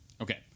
Okay